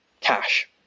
cash